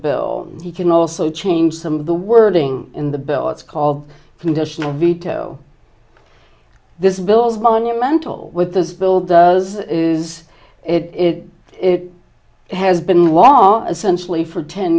bill he can also change some of the wording in the bill it's called conditional veto this bill is monumental with this bill does is it it has been long essential a for ten